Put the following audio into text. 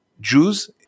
Jews